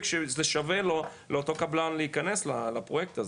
שזה שווה לו לאותו קבלן להיכנס לפרויקט הזה,